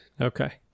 Okay